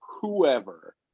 whoever